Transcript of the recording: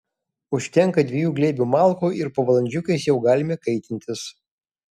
užtenka dviejų glėbių malkų ir po valandžiukės jau galime kaitintis